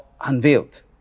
unveiled